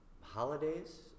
holidays